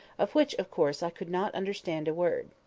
of which, of course, i could not understand a word.